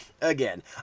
Again